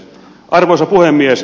arvoisa puhemies